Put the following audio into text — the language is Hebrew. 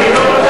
מדבר.